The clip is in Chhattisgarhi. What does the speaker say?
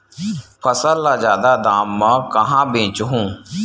फसल ल जादा दाम म कहां बेचहु?